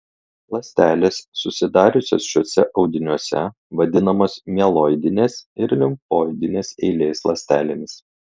ląstelės susidariusios šiuose audiniuose vadinamos mieloidinės ir limfoidinės eilės ląstelėmis